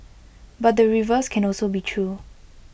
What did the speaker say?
but the reverse can also be true